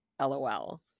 LOL